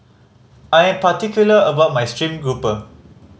I am particular about my steamed grouper